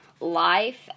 life